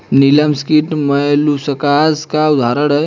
लिमस कीट मौलुसकास का उदाहरण है